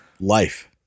life